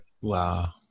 Wow